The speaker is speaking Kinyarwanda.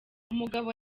umugabo